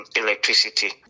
electricity